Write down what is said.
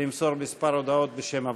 למסור כמה הודעות בשם הוועדה.